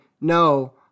no